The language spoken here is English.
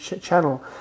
channel